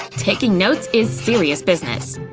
taking notes is serious business.